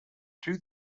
two